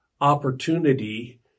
opportunity